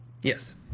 Yes